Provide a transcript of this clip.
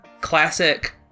classic